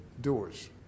doers